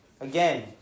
again